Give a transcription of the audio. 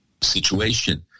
situation